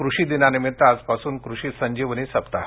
कृषी दिनानिमित्त आजपासून कृषी संजीवनी सप्ताह